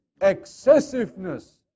excessiveness